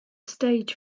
stage